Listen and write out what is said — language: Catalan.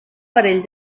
parell